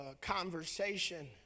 conversation